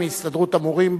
מהסתדרות המורים.